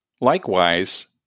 Likewise